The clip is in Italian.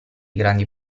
grandi